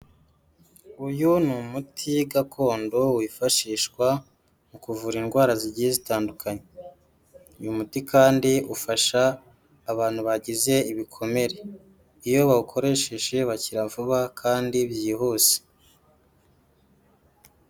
Uyu ni umuti gakondo wifashishwa mu kuvura indwara zigiye zitandukanye, uyu muti kandi ufasha abantu bagize ibikomere iyo bawukoresheje bakira vuba kandi byihuse.